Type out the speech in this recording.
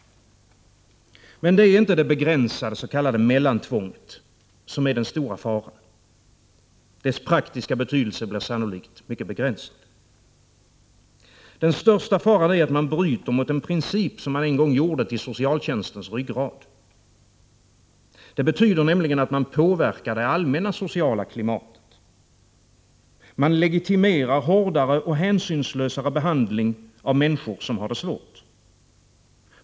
Men det är inte det begränsade s.k. mellantvånget som är den stora faran. Dess praktiska betydelse blir sannolikt mycket begränsad. Den största faran är att man bryter mot en princip som man en gång gjorde till socialtjänstens ryggrad. Det betyder nämligen att man påverkar det allmänna sociala klimatet. Man legitimerar hårdare och hänsynslösare behandling av människor som har det svårt.